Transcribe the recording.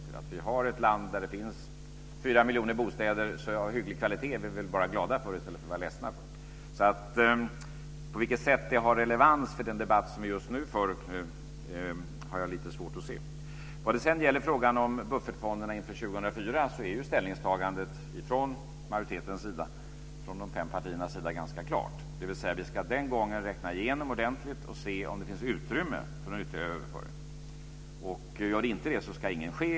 Vi är väl glada över att vi har ett land där det finns fyra miljoner bostäder som är av hygglig kvalitet. Det är vi väl bara glada för och inte ledsna för. På vilket sätt det här har relevans för den debatt som vi just nu för har jag lite svårt att se. När det sedan gäller frågan om buffertfonderna inför 2004 är ju ställningstagandet från majoritetens sida, från de fem partiernas sida, ganska klart. Vi ska då räkna igenom ordentligt och se om det finns utrymme för någon ytterligare överföring. Om det inte gör det ska ingen ske.